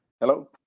hello